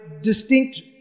distinct